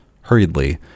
Hurriedly